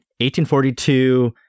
1842